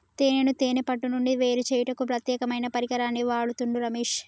తేనెను తేనే పట్టు నుండి వేరుచేయుటకు ప్రత్యేకమైన పరికరాన్ని వాడుతుండు రమేష్